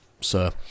Sir